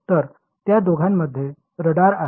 तर त्या दोघांमध्ये रडार आहेत